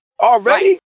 Already